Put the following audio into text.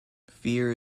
fear